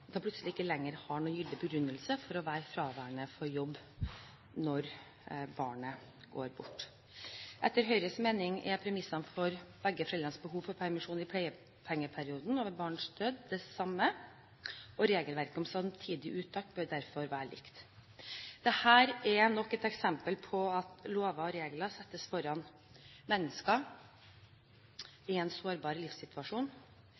plutselig ikke lenger har noen gyldig begrunnelse for å være fraværende på jobb når barnet har gått bort. Etter Høyres mening er premissene for begge foreldrenes behov for permisjon i pleiepengeperioden etter barns død det samme, og regelverket om samtidig uttak bør derfor være likt. Dette er nok et eksempel på at lover og regler settes foran